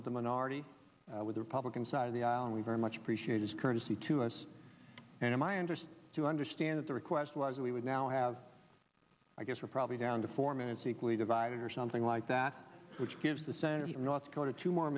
with the minority with the republican side of the aisle and we very much appreciate its courtesy to us and my interest to understand that the request was we would now have i guess we're probably down to four minutes equally divided or something like that which gives the senator from north dakota two more